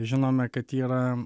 žinome kad ji yra